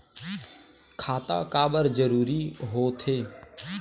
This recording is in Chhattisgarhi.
खाता काबर जरूरी हो थे?